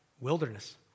wilderness